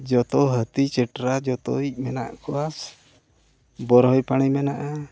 ᱡᱚᱛᱚ ᱦᱟᱹᱛᱤ ᱪᱮᱴᱨᱟ ᱡᱚᱛᱚᱭᱤᱡ ᱢᱮᱱᱟᱜ ᱠᱚᱣᱟ ᱵᱚᱨᱦᱳᱭ ᱯᱟᱹᱲᱤ ᱢᱮᱱᱟᱜᱼᱟ